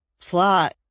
plot